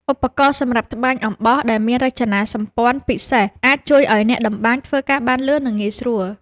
ឧបករណ៍សម្រាប់ត្បាញអំបោះដែលមានរចនាសម្ព័ន្ធពិសេសអាចជួយឱ្យអ្នកតម្បាញធ្វើការបានលឿន និង ងាយស្រួល។